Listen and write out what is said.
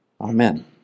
Amen